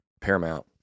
paramount